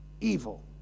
evil